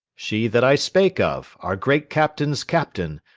she that i spake of, our great captain's captain,